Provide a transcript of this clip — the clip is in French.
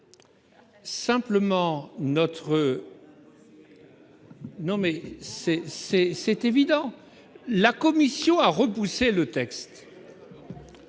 c'est c'est évident, la commission a repoussé le texte.